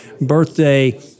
birthday